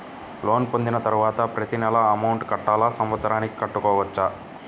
Loan పొందిన తరువాత ప్రతి నెల అమౌంట్ కట్టాలా? సంవత్సరానికి కట్టుకోవచ్చా?